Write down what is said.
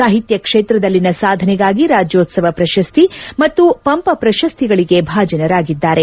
ಸಾಹಿತ್ಯ ಕ್ಷೇತ್ರದಲ್ಲಿನ ಸಾಧನೆಗಾಗಿ ರಾಜ್ಯೋತ್ಲವ ಪ್ರಶಸ್ತಿ ಮತ್ತು ಪಂಪ ಪ್ರಶಸ್ತಿಗಳಿಗೆ ಭಾಜನರಾಗಿದ್ದಾರೆ